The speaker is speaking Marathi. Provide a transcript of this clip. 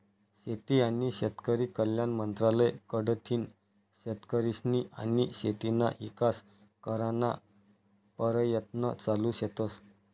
शेती आनी शेतकरी कल्याण मंत्रालय कडथीन शेतकरीस्नी आनी शेतीना ईकास कराना परयत्न चालू शेतस